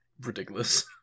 ridiculous